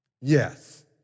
Yes